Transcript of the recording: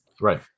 right